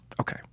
okay